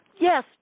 yes